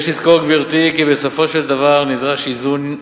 יש לזכור, גברתי, כי בסופו של דבר נדרש איזון.